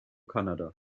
canada